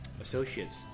associates